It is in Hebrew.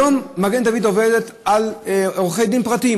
היום מגן דוד אדום עובד עם עורכי דין פרטיים.